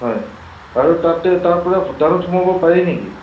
হয় আৰু তাতে তাৰ পৰা ভূটানত সোমাব পাৰি নেকি